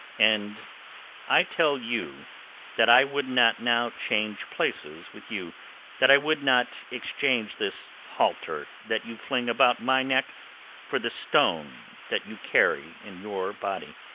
and i tell you that i would not now change places with you that i would not exchange this halter that you fling about my neck for the stone that you carry in your body.